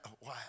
Wow